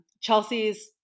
Chelsea's